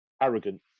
arrogant